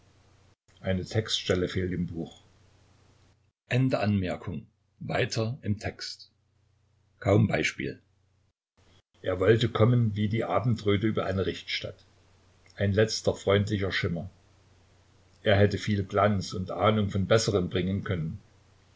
sein textstelle fehtl im buch re kaum beispiel er wollte kommen wie die abendröte über eine richtstatt ein letzter freundlicher schimmer er hätte vielen glanz und ahnung von besserem bringen können